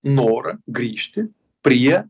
norą grįžti prie